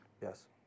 Yes